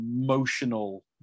emotional